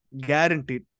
guaranteed